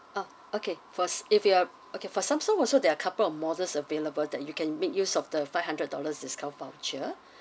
ah okay first if you are okay for Samsung also there are a couple of models available that you can make use of the five hundred dollars discount voucher